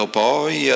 poi